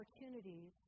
opportunities